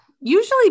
usually